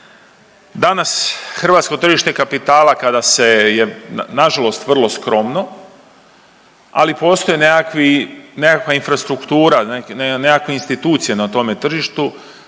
Danas hrvatsko tržište kapitala kada se je nažalost vrlo skromno, ali postoje nekakva infrastruktura nekakve institucije na tome tržištu